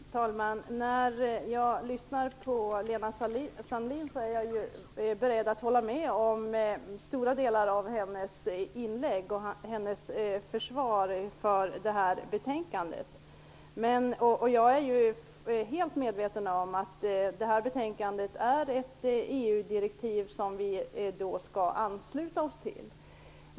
Fru talman! När jag lyssnar till Lena Sandlin är jag beredd att till stor del hålla med henne i hennes försvar för detta betänkande. Jag är helt medveten om att detta betänkande rör ett EU-direktiv som vi skall ansluta oss till.